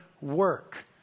work